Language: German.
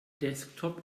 desktop